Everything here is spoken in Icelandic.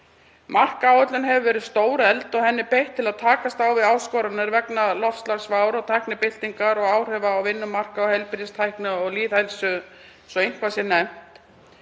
Markáætlun hefur verið stórefld og henni beitt til að takast á við áskoranir vegna loftslagsvár og tæknibyltingar og áhrifa á vinnumarkað, heilbrigðistækni og lýðheilsu, svo eitthvað sé nefnt.